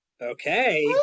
Okay